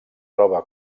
troba